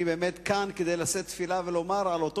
אני באמת כאן כדי לשאת תפילה ולומר על אותו